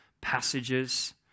passages